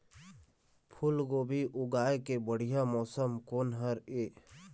फूलगोभी उगाए के बढ़िया मौसम कोन हर ये?